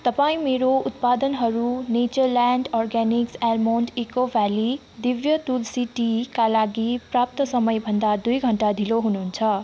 तपाईँ मेरा उत्पादनहरू नेचरल्यान्ड अर्ग्यानिक्स आमोन्ड र Eco Valley Divya Tulsi tea का लागि प्राप्ति समय भन्दा दुई घन्टा ढिलो हुनुहुन्छ